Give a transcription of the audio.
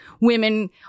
women